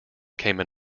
cayman